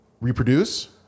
reproduce